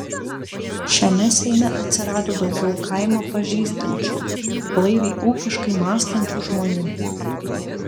šiame seime atsirado daugiau kaimą pažįstančių blaiviai ūkiškai mąstančių žmonių